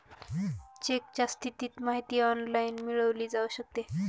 चेकच्या स्थितीची माहिती ऑनलाइन मिळवली जाऊ शकते